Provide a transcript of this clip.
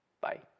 Bye